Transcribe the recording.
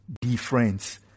difference